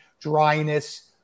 dryness